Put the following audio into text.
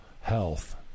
health